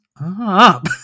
up